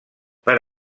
per